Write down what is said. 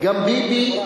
גם ביבי אמר על שתי מדינות.